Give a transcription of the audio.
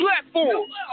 platforms